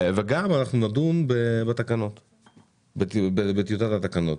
גם אנחנו נדון בטיוטת התקנות.